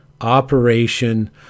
operation